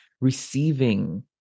receiving